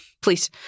please